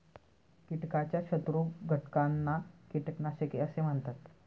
कीटकाच्या शत्रू घटकांना कीटकनाशके असे म्हणतात